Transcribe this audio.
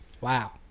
Wow